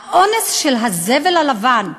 האונס של הזבל הלבן.